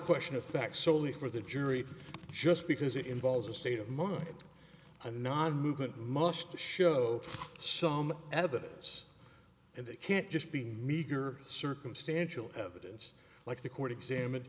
question of facts solely for the jury just because it involves a state of mourning and nonmoving must show some evidence and it can't just be meager circumstantial evidence like the court examined